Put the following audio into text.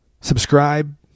subscribe